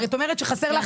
את אומרת שחסרים לך